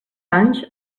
anys